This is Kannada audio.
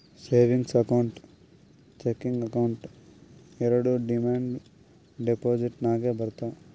ಸೇವಿಂಗ್ಸ್ ಅಕೌಂಟ್, ಚೆಕಿಂಗ್ ಅಕೌಂಟ್ ಎರೆಡು ಡಿಮಾಂಡ್ ಡೆಪೋಸಿಟ್ ನಾಗೆ ಬರ್ತಾವ್